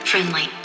Friendly